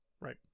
Right